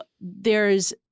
there's-